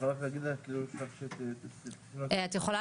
תודה רבה.